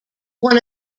one